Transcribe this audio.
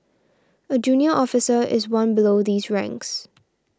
a junior officer is one below these ranks